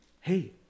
hey